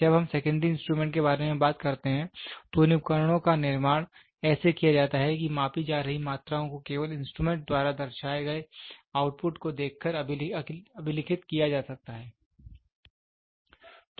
जब हम secondary instrument के बारे में बात करते हैं तो इन उपकरणों का निर्माण ऐसे किया जाता है कि मापी जा रही मात्राओं को केवल इंस्ट्रूमेंट द्वारा दर्शाए गए आउटपुट को देखकर अभिलिखित किया जा सकता है